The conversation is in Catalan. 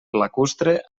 lacustre